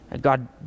God